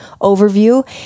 overview